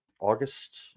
August